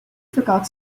forgot